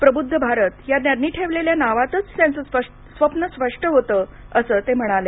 प्रबूद्ध भारत ह्या त्यांनी ठेवलेल्या नावातच त्यांचं स्वप्न स्पष्ट होतं असं ते म्हणाले